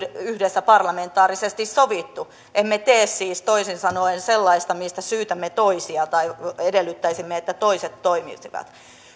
yhdessä parlamentaarisesti sovittu emme tee siis toisin sanoen sellaista mistä syytämme toisia tai missä edellyttäisimme että toiset toimisivat